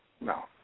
No